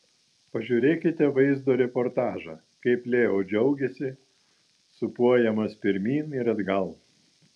pažiūrėkite vaizdo reportažą kaip leo džiaugiasi sūpuojamas pirmyn ir atgal